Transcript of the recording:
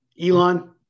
Elon